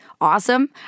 awesome